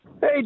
Hey